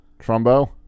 Trumbo